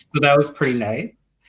that was pretty nice.